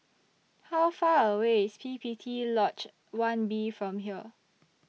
How Far away IS P P T Lodge one B from here